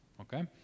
Okay